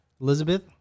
Elizabeth